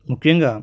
ముఖ్యంగా